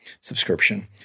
subscription